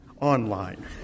online